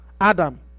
Adam